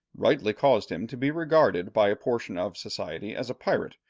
rightly caused him to be regarded by a portion of society as a pirate,